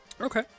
Okay